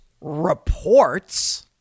reports